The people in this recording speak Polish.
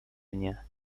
mnie